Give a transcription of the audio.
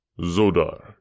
Zodar